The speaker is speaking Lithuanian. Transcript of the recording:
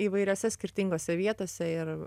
įvairiose skirtingose vietose ir